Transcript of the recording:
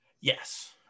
Yes